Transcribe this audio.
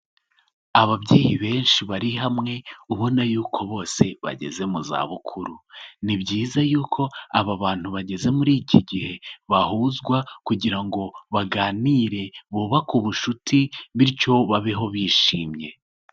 Ababyeyi benshi bari hamwe ubona yuko bose bageze mu zabukuru, ni byiza yuko aba bantu bageze muri iki gihe, bahuzwa kugira ngo baganire bubake ubucuti bityo babeho bishimye.